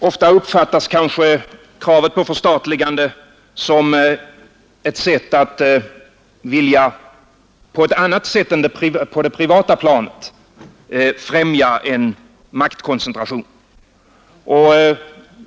Ofta uppfattas kanske kravet på förstatligande som ett sätt att vilja på annat vis än på det privata planet främja en maktkoncentration.